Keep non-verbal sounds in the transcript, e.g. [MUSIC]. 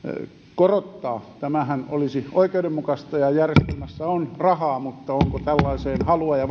korottaa tämähän olisi oikeudenmukaista ja järjestelmässä on rahaa mutta onko tällaiseen halua ja [UNINTELLIGIBLE]